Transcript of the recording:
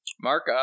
Mark